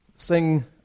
sing